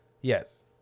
yes